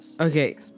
okay